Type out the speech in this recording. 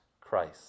Christ